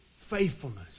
faithfulness